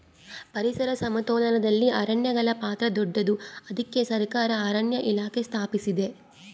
ಪರಿಸರ ಸಮತೋಲನದಲ್ಲಿ ಅರಣ್ಯಗಳ ಪಾತ್ರ ದೊಡ್ಡದು, ಅದಕ್ಕೆ ಸರಕಾರ ಅರಣ್ಯ ಇಲಾಖೆ ಸ್ಥಾಪಿಸಿದೆ